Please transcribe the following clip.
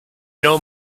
know